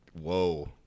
whoa